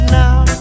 now